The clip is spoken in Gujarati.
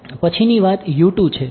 પછીની વાત છે